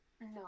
no